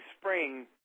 spring